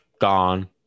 gone